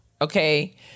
okay